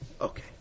Okay